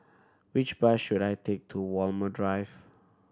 which bus should I take to Walmer Drive